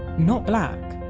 not black.